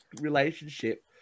relationship